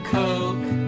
coke